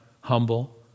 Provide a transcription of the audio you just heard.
humble